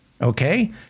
Okay